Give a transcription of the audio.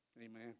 Amen